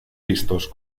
vistos